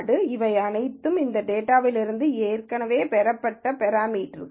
எனவே இவை அனைத்தும் இந்த டேட்டாலிருந்து ஏற்கனவே பெறப்பட்ட பெராமீட்டர்க்கள்